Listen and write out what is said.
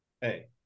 Hey